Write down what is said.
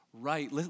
right